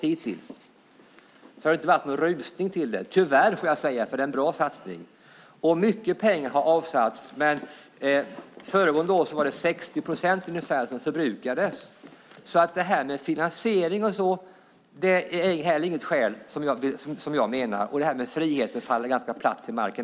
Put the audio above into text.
Det har alltså inte varit någon rusning, tyvärr får jag säga, för det är en bra satsning, och mycket pengar har avsatts till det. Föregående år förbrukades ungefär 60 procent av pengarna. Jag menar därför att finansiering inte heller är något skäl. Likaså faller talet om frihet ganska platt till marken.